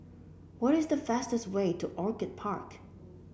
what is the fastest way to Orchid Park